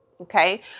Okay